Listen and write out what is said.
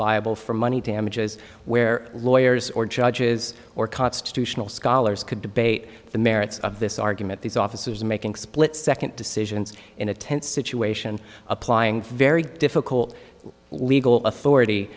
liable for money damages where lawyers or judges or constitutional scholars can debate the merits of this argument these officers are making split second decisions in a tense situation applying very difficult legal authority